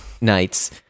nights